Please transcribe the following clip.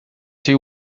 sydd